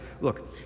Look